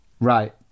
Right